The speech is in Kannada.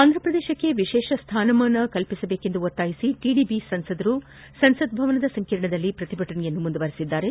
ಆಂಧ್ರ ಪ್ರದೇಶಕ್ಕೆ ವಿಶೇಷ ಸ್ಥಾನಮಾನ ಒದಗಿಸುವಂತೆ ಒತ್ತಾಯಿಸಿ ಟಿಡಿಪಿ ಸಂಸದರು ಸಂಸತ್ ಭವನ ಸಂಕೀರ್ಣದಲ್ಲಿ ಪ್ರತಿಭಟನೆ ಮುಂದುವರಿಸಿದ್ದಾರೆ